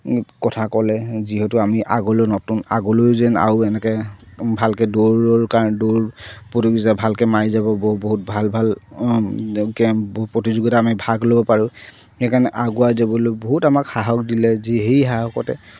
কথা ক'লে যিহেতু আমি আগলৈ নতুন আগলৈও যেন আৰু এনেকে ভালকে দৌৰৰ কাৰ দৌৰ প্ৰতিযোগিতা ভালকে মাৰি যাব বহুত ভাল ভাল প্ৰতিযোগিতা আমি ভাগ ল'ব পাৰোঁ সেইকাৰণে আগুৱাই যাবলৈ বহুত আমাক সাহক দিলে যি সেই সাহসতে